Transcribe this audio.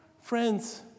Friends